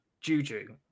Juju